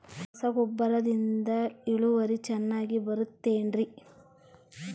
ರಸಗೊಬ್ಬರದಿಂದ ಇಳುವರಿ ಚೆನ್ನಾಗಿ ಬರುತ್ತೆ ಏನ್ರಿ?